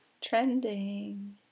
Trending